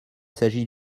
s’agit